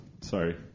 sorry